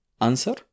answer